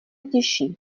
těžší